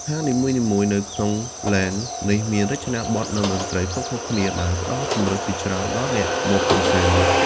ហាងនីមួយៗនៅក្នុង ឡេន នេះមានរចនាបថ និងតន្ត្រីខុសៗគ្នា ដែលផ្ដល់ជម្រើសជាច្រើនដល់អ្នកមកកម្សាន្ត។